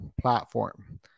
platform